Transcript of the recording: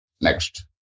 Next